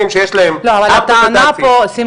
שיש היום ארבעה בד"צים --- שוק חופשי,